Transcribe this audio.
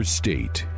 state